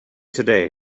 today